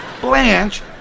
Blanche